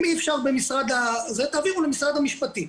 אם אי אפשר, תעבירו למשרד המשפטים.